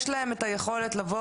יש להם את היכולת לבוא,